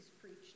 preached